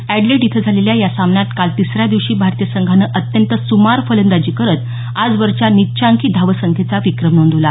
Adelaide इथं झालेल्या या सामन्यात काल तिसऱ्या दिवशी भारतीय संघानं अत्यंत सुमार फलंदाजी करत आजवरच्या निच्चांकी धावसंख्येचा विक्रम नोंदवला